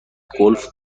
گلف